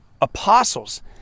apostles